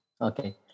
Okay